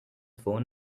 phone